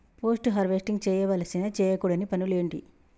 Post harvesting చేయవలసిన చేయకూడని పనులు ఏంటి?